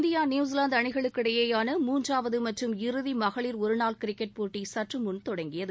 India New Zealand அணிகளுக்கிடையேயான மூன்றாவது மற்றும் இறுதி மகளிர் ஒருநாள் கிரிக்கெட் போட்டி சற்றுமுன் தொடங்கியது